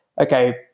okay